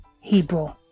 Hebrew